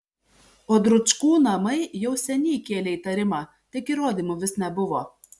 o dručkų namai jau seniai kėlė įtarimą tik įrodymų vis nebuvo